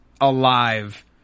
alive